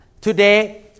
Today